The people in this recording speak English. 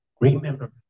remember